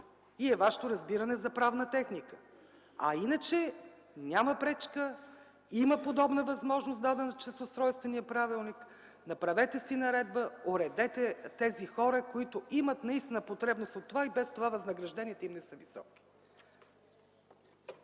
и Вашето разбиране за правна техника. Иначе няма пречка. Има подобна възможност, дадена чрез Устройствения правилник. Направете си наредба, уредете тези хора. Те наистина имат потребност от това. И без това възнагражденията им не са високи.